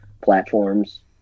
platforms